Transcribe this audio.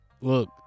look